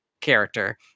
character